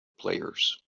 players